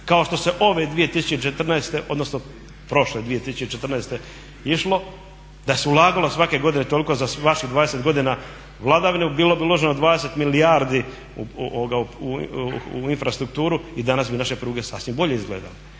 kao što se ove 2014., odnosno prošle 2014. išlo. Da se ulagalo svake godine toliko za vaših 20 godina vladavine bilo bi uloženo 20 milijardi u infrastrukturu i danas bi naše pruge sasvim bolje izgledale.